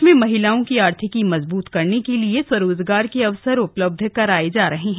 प्रदेश में महिलाओं की आर्थिकी मजबूत करने के लिए स्वरोजगार के अवसर उपलब्ध कराए जा रहे हैं